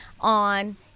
on